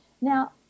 Now